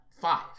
five